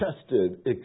tested